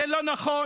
זה לא נכון.